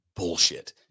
bullshit